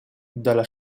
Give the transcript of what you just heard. dalla